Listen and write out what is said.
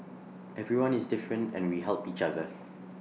everyone is different and we help each other